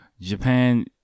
Japan